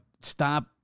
stop